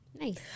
Nice